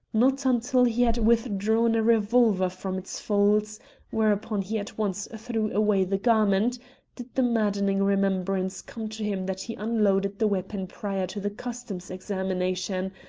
not until he had withdrawn a revolver from its folds whereupon he at once threw away the garment did the maddening remembrance come to him that he unloaded the weapon prior to the customs examination,